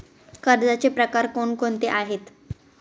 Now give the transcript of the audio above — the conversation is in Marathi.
कर्जाचे प्रकार कोणकोणते आहेत?